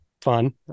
fun